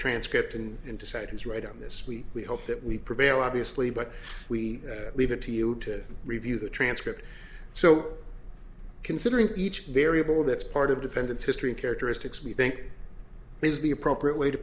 transcript and and decide who's right on this week we hope that we prevail obviously but we leave it to you to review the transcript so considering each variable that's part of dependents history characteristics we think is the appropriate way to